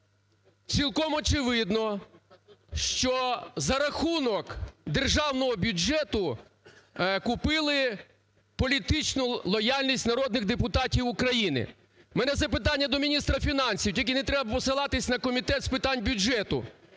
Цілком очевидно, що за рахунок державного бюджету купили політичну лояльність народних депутатів України. В мене запитання до міністра фінансів, тільки не треба посилатися на Комітет з питань бюджету: